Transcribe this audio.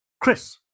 Chris